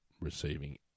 receiving